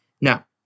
Now